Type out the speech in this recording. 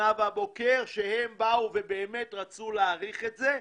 נאווה בוקר שבאו ובאמת רצו להאריך את זה,